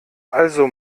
also